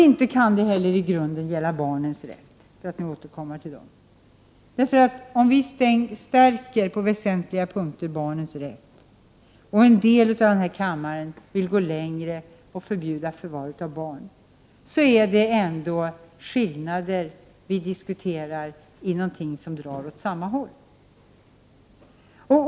Inte heller kan oenigheten gälla barnens rätt, för att återkomma till det. Om vi på väsentliga punkter stärker barnens rätt och en del av kammaren vill gå längre och förbjuda förvar av barn, så är ändå det som vi diskuterar skillnader i någonting som drar åt samma håll.